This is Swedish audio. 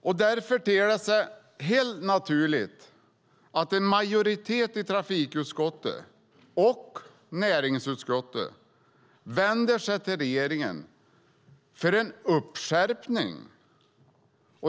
Det är därför det ter sig helt naturligt att en majoritet i trafikutskottet och näringsutskottet vänder sig till regeringen för en uppskärpning.